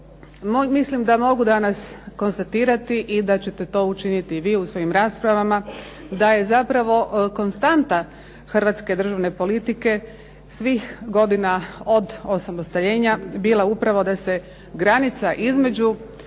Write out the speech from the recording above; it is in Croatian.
mislim da mogu danas konstatirati i da ćete to učiniti vi u svojim raspravama, da je zapravo konstanta hrvatske državne politike svih godina od osamostaljenja bila upravo da se granica između